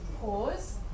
pause